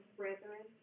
brethren